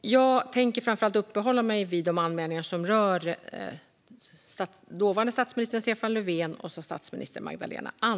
Jag tänker framför allt uppehålla mig vid de anmälningar som rör dåvarande statsministern Stefan Löfven och statsminister Magdalena Andersson.